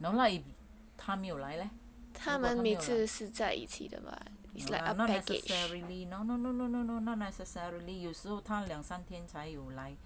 no lah if 她没有来 如果她没有来 no lah not necessarily no no no no no no no not necessarily 有时候她两三天才来